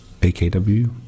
AKW